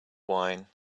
wine